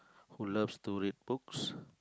who loves to read books